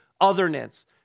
otherness